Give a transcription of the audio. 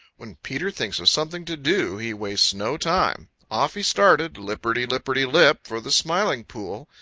when peter thinks of something to do he wastes no time. off he started, lipperty-lipperty-lip, for the smiling pool.